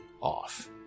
off